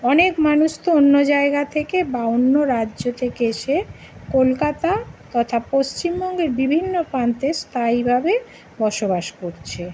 অনেক মানুষ তো অন্য জায়গা থেকে বা অন্য রাজ্য থেকে এসে কলকাতা তথা পশ্চিমবঙ্গের বিভিন্ন প্রান্তে স্থায়ীভাবে বসবাস করছে